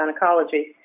gynecology